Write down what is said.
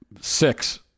six